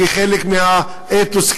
כחלק מהאתוס,